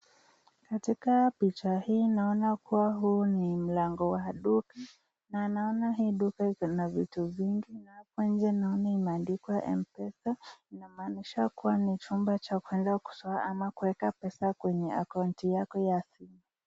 Katika picha hii naona kuwa huu ni mlango wa duka na naona hii duka iko na vitu vingi. Hapa nje naona imeandikwa Mpesa inaamanisha kuwa ni chumba cha kwenda kutoa ama kuweka pesa kwenye akaunti yako ya,,,